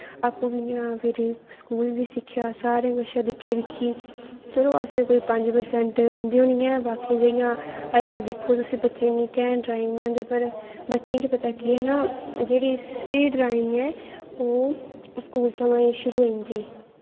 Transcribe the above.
आपूं बी इ'यां फिरी स्कूल बी सिक्खेआ सारें कशा दा दिक्खी दिक्खी चलो असें गी पंज परसैंट गै आंदी होनी ऐ बाकी इ'यां अजकल्ल तुस दिक्खो बच्चें गी इन्नी कैंट ड्राइंग बनांदे पर बच्चें गी पता ऐ केह् ऐ ना जेह्ड़ी स्हेई ड्राइंग ऐ ओह् स्कूल थमां गै शुरू होई जंदी